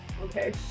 Okay